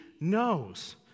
knows